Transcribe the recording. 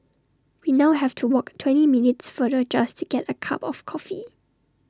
we now have to walk twenty minutes farther just to get A cup of coffee